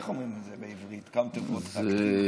איך אומרים בעברית counterproductive?